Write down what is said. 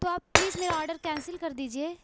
تو آپ پلیز میرا آڈر کینسل کر دیجیے